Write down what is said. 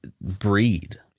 breed